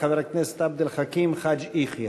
חבר הכנסת עבד אל חכים חאג' יחיא.